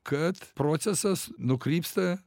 kad procesas nukrypsta